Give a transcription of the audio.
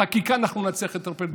חקיקה אנחנו נצליח לטרפד בכנסת,